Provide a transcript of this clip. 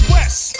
West